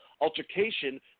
altercation